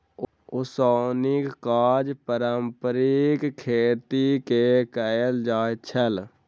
ओसौनीक काज पारंपारिक खेती मे कयल जाइत छल